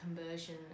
conversion